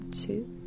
two